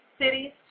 cities